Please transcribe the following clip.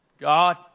God